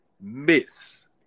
miss